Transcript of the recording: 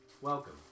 welcome